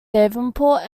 davenport